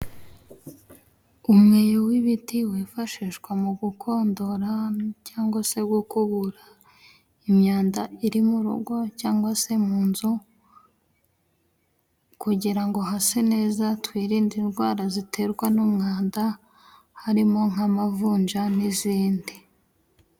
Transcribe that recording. Umweyo w'ibiti wifashishwa mu gukondora cyangwa se gukubura imyanda iri murugo, cyangwa se munzu kugira ngo hase neza, twirinde indwara ziterwa n'umwanda harimo nk'amavunja n'izindi.